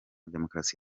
demokarasi